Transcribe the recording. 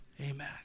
amen